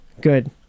good